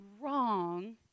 wrong